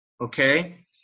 okay